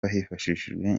hifashishijwe